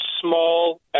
small